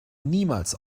niemals